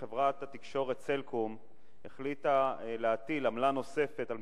שחברת התקשורת "סלקום" החליטה להטיל עמלה נוספת על